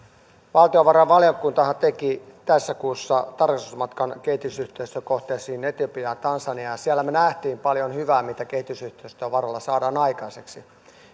valtiovarainvaliokuntahan teki tässä kuussa tarkastusmatkan kehitysyhteistyökohteisiin etiopiaan ja tansaniaan ja siellä me näimme paljon hyvää mitä kehitysyhteistyövaroilla saadaan aikaiseksi